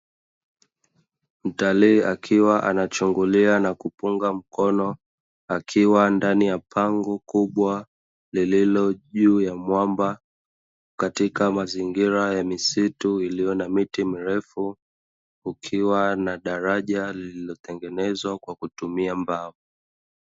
Mtalii akiwa anachungulia na kupunga mkono, akiwa ndani ya pango kubwa lililo juu ya mwamba katika mazingira ya misitu iliyo na miti mirefu, kukiwa na daraja lililotengenezwa kwa kutumia mbao.